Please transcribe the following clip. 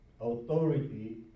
authority